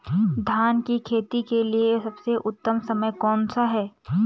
धान की खेती के लिए सबसे उत्तम समय कौनसा है?